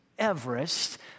Everest